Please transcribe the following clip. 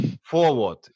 forward